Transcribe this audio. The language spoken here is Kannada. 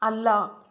ಅಲ್ಲ